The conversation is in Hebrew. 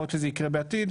יכול להיות שזה יקרה בעתיד,